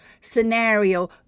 scenario